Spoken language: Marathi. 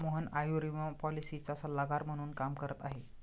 मोहन आयुर्विमा पॉलिसीचा सल्लागार म्हणून काम करत आहे